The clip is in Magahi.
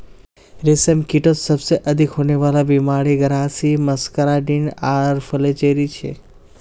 रेशमकीटत सबसे अधिक होने वला बीमारि ग्रासरी मस्कार्डिन आर फ्लैचेरी छे